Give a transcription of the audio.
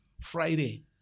Friday